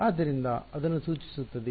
ಆದ್ದರಿಂದ ಅದನ್ನು ಸೂಚಿಸುತ್ತದೆ